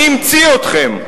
מי המציא אתכם?